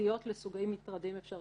פרטיות לסוגי מטרדים אפשריים.